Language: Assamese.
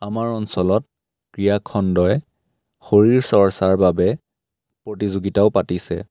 আমাৰ অঞ্চলত ক্ৰীড়াখণ্ডই শৰীৰ চৰ্চাৰ বাবে প্ৰতিযোগিতাও পাতিছে